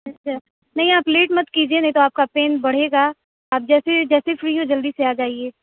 اچھا نہیں آپ لیٹ مَت کیجئے نہیں تو آپ کا پین بڑھے گا آپ جیسے جیسے فری ہوں جلدی سے آ جائیے